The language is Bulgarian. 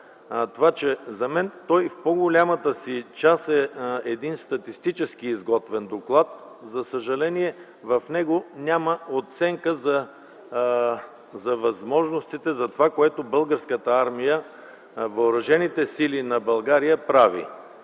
вас, че той в по-голямата си част е един статистически изготвен доклад. За съжаление в него няма оценка за възможностите, за това, което Българската армия и въоръжените сили на България правят.